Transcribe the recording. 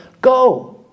Go